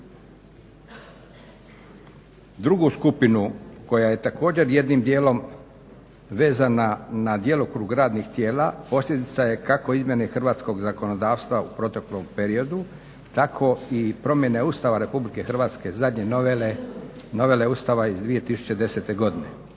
Drugu skupinu koja je također jednim dijelom vezana na djelokrug radnih tijela posljedica je kako izmjene hrvatskog zakonodavstva u proteklom periodu tako i promjene Ustava Republike Hrvatske, zadnje novele, novele Ustava iz 2010. godine.